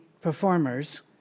performers